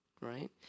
right